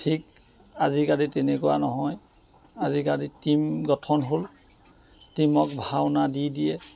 ঠিক আজিকালি তেনেকুৱা নহয় আজিকালি টীম গঠন হ'ল টীমক ভাওনা দি দিয়ে